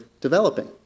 developing